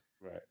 right